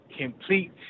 complete